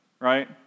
right